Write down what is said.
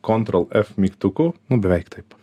kontrol f mygtuku nu beveik taip